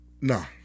Nah